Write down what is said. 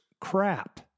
crap